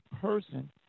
person